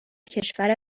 کشور